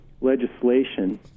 legislation